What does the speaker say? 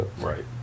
Right